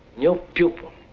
no pupil,